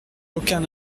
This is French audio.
aucun